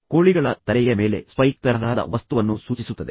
ಕೋಳಿಗಳ ತಲೆಯ ಮೇಲೆ ಸ್ಪೈಕ್ ತರಹದ ವಸ್ತುವನ್ನು ಸೂಚಿಸುತ್ತದೆ